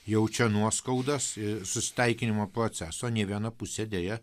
jaučia nuoskaudas ir susitaikinimo proceso nė viena pusė deja